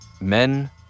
Men